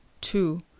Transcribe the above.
two